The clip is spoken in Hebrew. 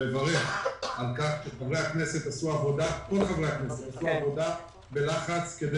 לברך על כך שכל חברי הכנסת עשו עבודה בלחץ כדי